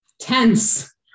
tense